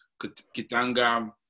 Kitanga